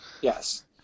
yes